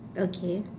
okay